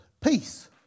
peace